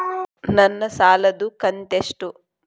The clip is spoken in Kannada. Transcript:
ನನ್ನ ಸಾಲದು ಕಂತ್ಯಷ್ಟು?